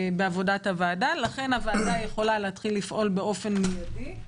הוועדה - לכן הוועדה יכולה להתחיל לפעול באופן מיידי.